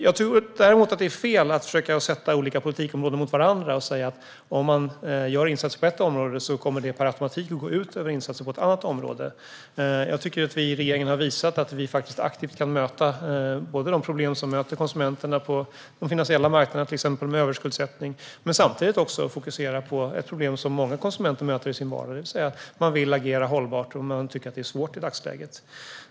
Jag tror däremot att det är fel att försöka sätta olika politikområden mot varandra och säga att insatser på ett område per automatik kommer att gå ut över insatser på ett annat område. Jag tycker att vi i regeringen har visat att vi aktivt kan möta de problem som möter konsumenterna på de finansiella marknaderna, till exempel med överskuldsättning, men samtidigt också fokusera på ett problem som många konsumenter möter i sin vardag, nämligen att man vill agera hållbart men i dagsläget tycker att det är svårt.